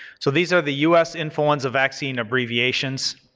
so these are the us influenza vaccine abbreviations,